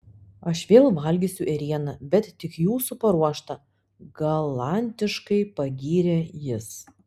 aš vėl valgysiu ėrieną bet tik jūsų paruoštą galantiškai pagyrė jis